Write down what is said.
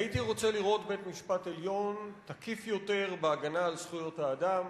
הייתי רוצה לראות בית-משפט עליון תקיף יותר בהגנה על זכויות האדם,